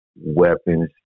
weapons